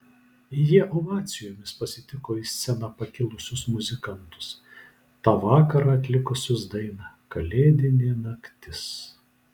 jie ovacijomis pasitiko į sceną pakilusius muzikantus tą vakarą atlikusius dainą kalėdinė naktis